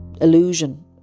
illusion